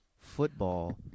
football